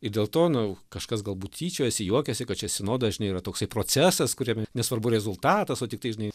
ir dėl to nu kažkas galbūt tyčiojasi juokiasi kad čia sinoda žinai yra toksai procesas kuriame nesvarbu rezultatas o tik tai žinai